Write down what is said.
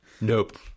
Nope